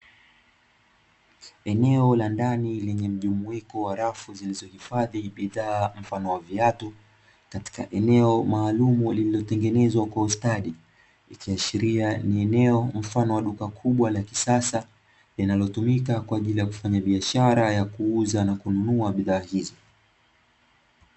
eneo la ndani lemye viatu katika eneo maalum ya jengo ni eneo mfano wa duka kubwa la kisasa linalotumika kwa ajili ya kufanya biashara ya kuuza na kununua bidhaa hizo